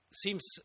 seems